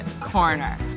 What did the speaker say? corner